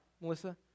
Melissa